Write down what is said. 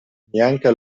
neanche